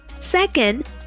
Second